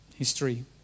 History